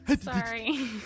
Sorry